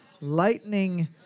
lightning